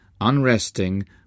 unresting